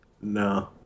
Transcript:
No